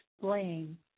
blame